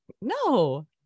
No